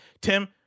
Tim